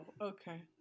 Okay